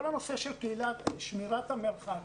כל הנושא של שמירת המרחק.